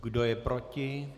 Kdo je proti?